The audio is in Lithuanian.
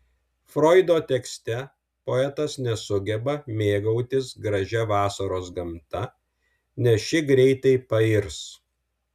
froido tekste poetas nesugeba mėgautis gražia vasaros gamta nes ši greitai pairs